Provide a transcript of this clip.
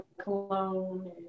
cologne